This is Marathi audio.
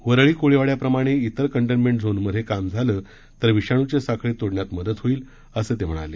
वरळी कोळीवाड्याप्रमाणे इतर कंटेंनमेंट झोनमध्ये काम झालं तर विषाणूची साखळी तोडण्यात मदत होईल असं ते म्हणले